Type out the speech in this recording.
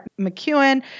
McEwen